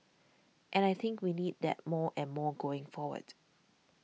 and I think we need that more and more going forward